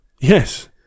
Yes